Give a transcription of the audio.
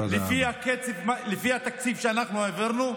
לפי התקציב שאנחנו העברנו,